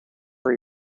are